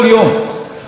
תארו לכם,